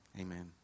Amen